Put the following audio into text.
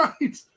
right